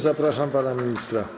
Zapraszam pana ministra.